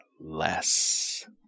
less